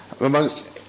amongst